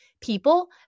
people